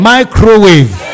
Microwave